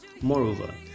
Moreover